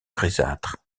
grisâtre